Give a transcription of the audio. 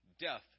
Death